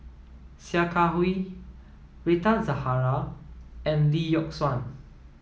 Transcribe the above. Sia Kah Hui Rita Zahara and Lee Yock Suan